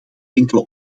enkele